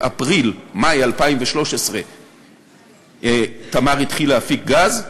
באפריל-מאי 2013 "תמר" התחיל להפיק גז.